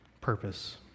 purpose